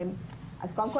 קודם כול,